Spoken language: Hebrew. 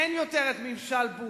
אין יותר ממשל בוש.